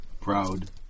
proud